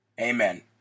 Amen